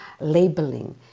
labeling